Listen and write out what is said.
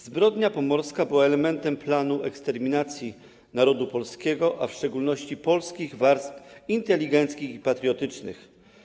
Zbrodnia pomorska była elementem planu eksterminacji narodu polskiego, a w szczególności polskich warstw inteligenckich i patriotycznych.